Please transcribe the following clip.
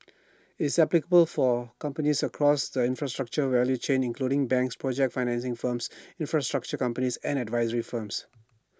it's applicable for companies across the infrastructure value chain including banks project financing firms infrastructure companies and advisory firms